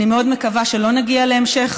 אני מאוד מקווה שלא נגיע להמשך